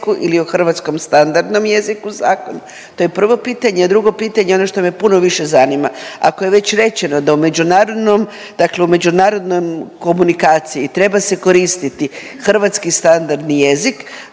hrvatskom standardnom jeziku